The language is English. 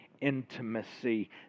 intimacy